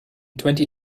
twenty